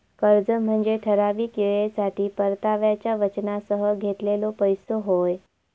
कर्ज म्हनजे ठराविक येळेसाठी परताव्याच्या वचनासह घेतलेलो पैसो होय